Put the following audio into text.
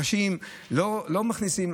אנשים לא מכניסים,